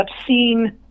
obscene